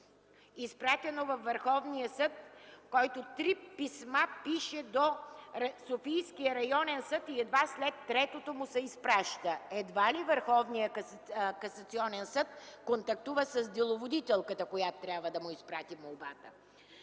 изпратено във Върховния съд, който пише три писма до Софийския районен съд и едва след третото му се изпраща. Едва ли Върховният касационен съд контактува с деловодителката, която трябва да му изпрати молбата.